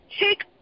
take